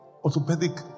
Orthopedic